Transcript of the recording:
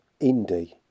indie